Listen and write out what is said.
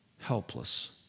helpless